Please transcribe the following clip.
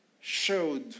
showed